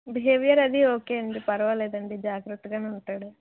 behaviour అది okay అండి పర్వాలేదు అండి జాగ్రత్తగా ఉంటాడు